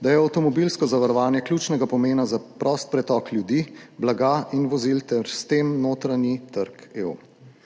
da je avtomobilsko zavarovanje ključnega pomena za prost pretok ljudi, blaga in vozil ter s tem notranji trg EU,